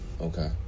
Okay